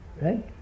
Right